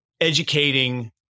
Educating